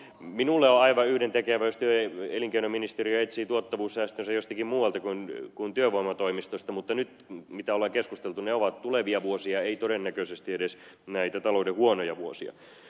minulle on aivan yhdentekevää jos elinkeinoministeriö etsii tuottavuussäästönsä jostakin muualta kuin työvoimatoimistoista mutta mistä nyt on keskusteltu ne ovat tulevia vuosia eivät todennäköisesti edes näitä talouden huonoja vuosia